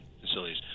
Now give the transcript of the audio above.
facilities